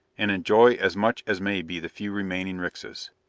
and enjoy as much as may be the few remaining rixas.